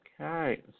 Okay